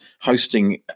hosting